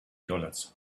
dollars